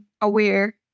aware